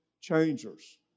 changers